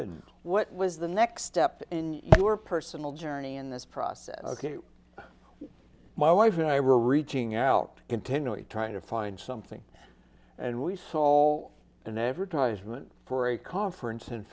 so what was the next step in your personal journey in this process ok my wife and i were reaching out continually trying to find something and we saw all an advertisement for a conference in